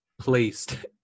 placed